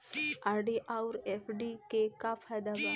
RD आउर FD के का फायदा बा?